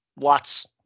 lots